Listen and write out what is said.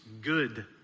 good